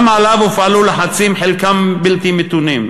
גם עליו הופעלו לחצים, חלקם בלתי מתונים,